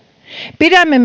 pidämme